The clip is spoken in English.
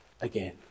again